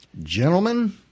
Gentlemen